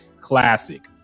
classic